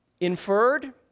inferred